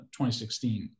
2016